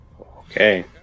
Okay